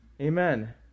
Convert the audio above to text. Amen